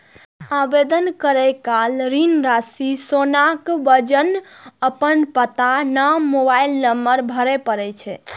आवेदन करै काल ऋण राशि, सोनाक वजन, अपन पता, नाम, मोबाइल नंबर भरय पड़ै छै